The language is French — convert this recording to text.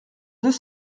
deux